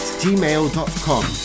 gmail.com